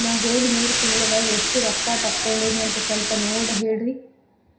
ನಾ ಹೋದ ಮೂರು ತಿಂಗಳದಾಗ ಎಷ್ಟು ರೊಕ್ಕಾ ತಕ್ಕೊಂಡೇನಿ ಅಂತ ಸಲ್ಪ ನೋಡ ಹೇಳ್ರಿ